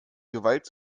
gewalt